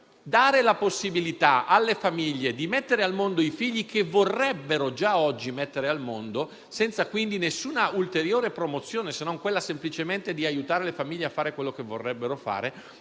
la possibilità di mettere al mondo i figli che vorrebbero già oggi mettere al mondo, senza alcuna ulteriore promozione se non semplicemente quella di aiutare le famiglie a fare quello che vorrebbero fare,